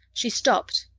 she stopped,